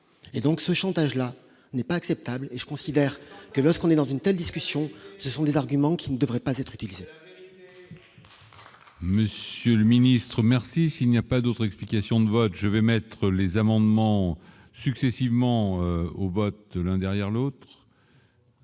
et donc ce chantage-là n'est pas acceptable et je considère que lorsqu'on est dans une telle discussion, ce sont des arguments qui ne devraient pas être utilisée. Monsieur le ministre, merci, s'il n'y a pas d'autre explication de vote, je vais mettre les amendements successivement au vote l'un derrière l'autre.